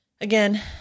Again